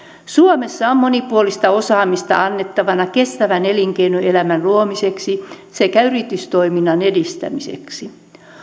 suomessa on monipuolista osaamista annettavana kestävän elinkeinoelämän luomiseksi sekä yritystoiminnan edistämiseksi